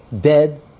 dead